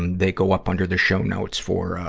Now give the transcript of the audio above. and they go up under the show notes for, ah,